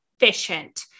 efficient